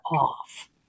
off